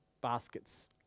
baskets